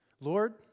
Lord